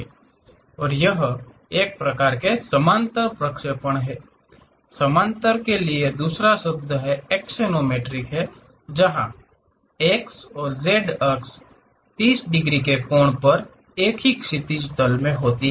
और यह एक प्रकार का समानांतर प्रक्षेपण है समानांतर के लिए दूसरा शब्द एक्सोनोमेट्रिक है जहां X और Z अक्ष 30 डिग्री के कोण पर एक ही क्षैतिज तल मे होती है